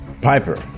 Piper